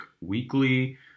weekly